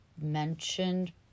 mentioned